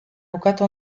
bukatu